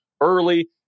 early